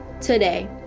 today